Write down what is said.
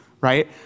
right